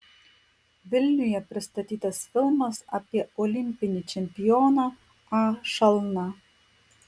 vilniuje pristatytas filmas apie olimpinį čempioną a šalną